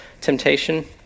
temptation